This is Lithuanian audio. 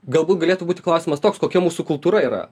galbūt galėtų būti klausimas toks kokia mūsų kultūra yra